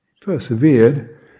persevered